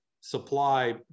supply